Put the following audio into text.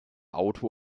auto